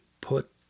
put